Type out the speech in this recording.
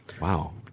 Wow